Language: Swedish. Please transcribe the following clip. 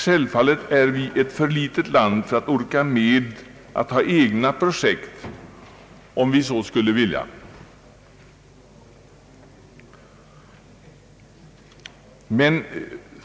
Självfallet är vi ett för litet land för att kunna bekosta egna projekt om vi så skulle vilja.